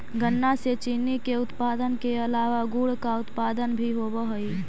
गन्ना से चीनी के उत्पादन के अलावा गुड़ का उत्पादन भी होवअ हई